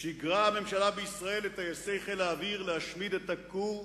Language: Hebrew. שיגרה הממשלה בישראל את טייסי חיל האוויר להשמיד את הכור בעירק.